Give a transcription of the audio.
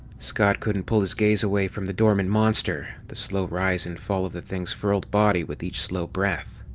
scott couldn't pull his gaze away from the dormant monster, the slow rise and fall of the thing's furled body with each slow breath.